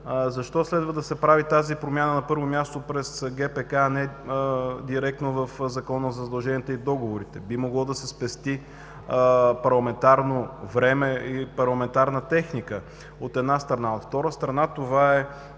Защо следва да се прави тази промяна, на първо място, през ГПК, а не директно в Закона за задълженията и договорите? Би могло да се спести парламентарно време и парламентарна техника – от една страна. От втора страна, това е